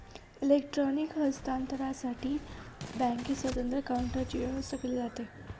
electronic हस्तांतरणसाठी बँकेत स्वतंत्र काउंटरची व्यवस्था केली जाते